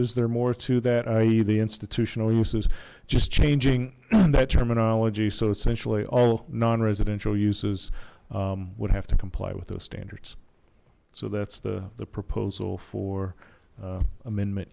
uses they're more to that ie the institutional uses just changing that terminology so essentially all non residential uses would have to comply with those standards so that's the the proposal for amendment